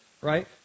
right